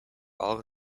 all